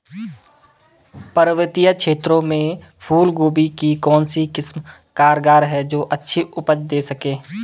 पर्वतीय क्षेत्रों में फूल गोभी की कौन सी किस्म कारगर है जो अच्छी उपज दें सके?